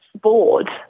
bored